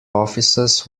offices